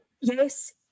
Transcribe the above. yes